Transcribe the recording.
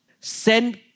Send